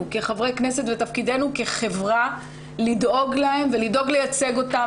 כחברי כנסת ותפקידנו כחברה לדאוג לייצג אותם.